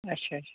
اچھا اچھا